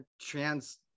trans